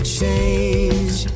change